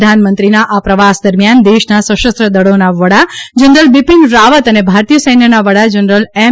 પ્રધાન મંત્રી ના આ પ્રવાસ દરમિયાન દેશના સશસ્ત્ર દળોના વડા જનરલ બિપિન રાવત અને ભારતીય સૈન્યના વડા જનરલ એમ